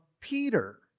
Peter